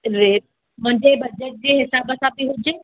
rate मुंहिंजे budget जे हिसाब सां बि हुजे